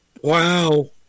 Wow